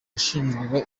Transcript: washinjwaga